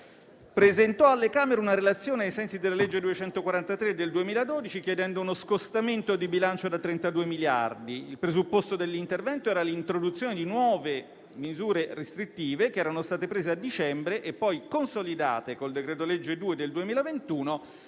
presentò alle Camere una relazione ai sensi della legge n. 243 del 2012, chiedendo uno scostamento di bilancio da 32 miliardi. Il presupposto dell'intervento era l'introduzione di nuove misure restrittive che erano state prese a dicembre e poi consolidate con il decreto-legge n. 2 del 2021